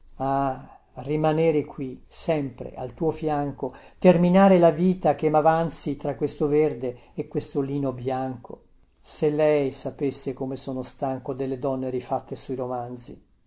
ah rimanere qui sempre al suo fianco terminare la vita che mavanzi tra questo verde e questo lino bianco se lei sapesse come sono stanco delle donne rifatte sui romanzi